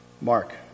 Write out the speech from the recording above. Mark